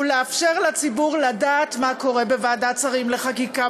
הוא לאפשר לציבור לדעת מה קורה בוועדת השרים לחקיקה.